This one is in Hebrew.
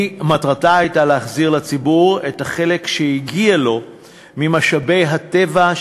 מטרתה הייתה להחזיר לציבור מה שהגיע לו ממשאבי הטבע,